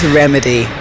remedy